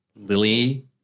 lily